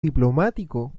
diplomático